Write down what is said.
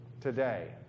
today